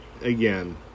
again